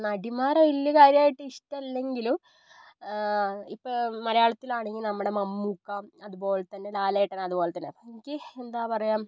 നടിമാരെ വലിയ കാര്യമായിട്ട് ഇഷ്ടമല്ലെങ്കിലും ഇപ്പം മലയാളത്തിലാണെങ്കിൽ നമ്മുടെ മമ്മൂക്ക അതുപോലെ തന്നെ ലാലേട്ടൻ അതുപോലെ തന്നെ അപ്പം എനിക്ക് എന്താ പറയുക